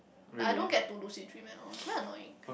but I don't get to lucid dream at all it's very annoying